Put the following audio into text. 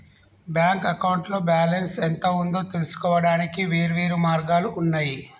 bank అకౌంట్లో balance ఎంత ఉందో తెలుసుకోవడానికి వేర్వేరు మార్గాలు ఉన్నయి